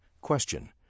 Question